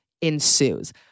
ensues